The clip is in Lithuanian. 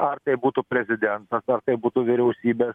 ar tai būtų prezidentas ar tai būtų vyriausybės